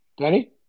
Danny